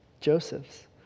Joseph's